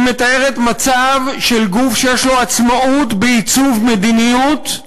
היא מתארת מצב של גוף שיש לו עצמאות בעיצוב מדיניות,